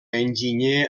enginyer